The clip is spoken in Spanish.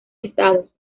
estados